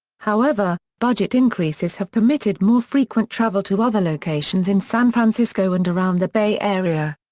however, budget increases have permitted more frequent travel to other locations in san francisco and around the bay area.